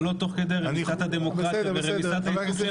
אבל לא תוך כדי רמיסת הדמוקרטיה ורמיסת הוועדות.